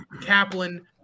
kaplan